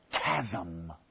chasm